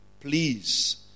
please